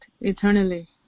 eternally